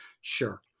Sure